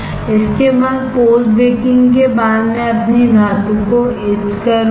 इसके बाद post baking के बाद मैं अपनी धातु को इच करूंगा